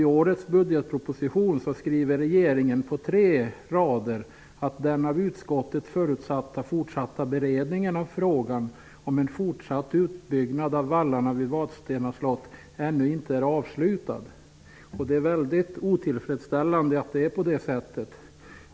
I årets budgetproposition har regeringen uttryckt på tre rader att den av utskottet förutsatta fortsatta beredningen av frågan om en fortsatt utbyggnad av vallarna vid Vadstena slott ännu inte är avslutad. Det är väldigt otillfredsställande att det är så.